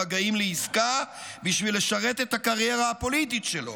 במגעים לעסקה בשביל לשרת את הקריירה הפוליטית שלו,